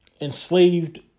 enslaved